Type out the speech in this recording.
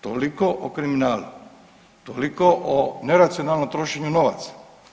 Toliko o kriminalu, toliko o neracionalnom trošenju novaca.